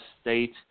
State